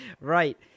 Right